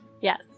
Yes